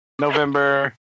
November